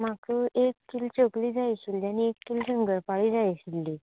म्हाका एक किल चकली जाय आशिल्ली आनी एक किल शंकर पाळी जाय आशिल्ली